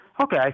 Okay